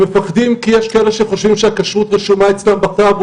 הם מפחדים כי יש כאלה שחושבים שהכשרות רשומה אצלם בטאבו